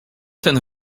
ten